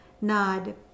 nod